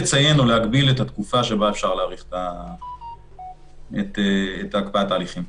בלי לציין או להגביל את התקופה שבה אפשר להעריך את הקפאת ההליכים.